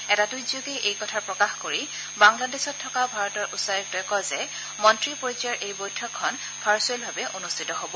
এটা টুইটযোগে এই কথা প্ৰকাশ কৰি বাংলাদেশত থকা ভাৰতৰ উচ্চায়ুক্তই কয় যে মন্নী পৰ্যায়ৰ এই বৈঠকখন ভাৰ্চুৱেলভাৱে অনুষ্ঠিত হ'ব